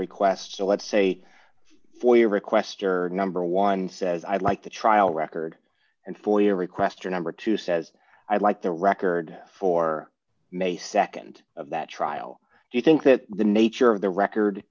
request so let's say for your request or number one says i'd like the trial record and for your request or number two says i'd like the record for may nd of that trial do you think that the nature of the record